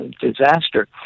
disaster